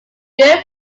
good